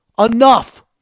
Enough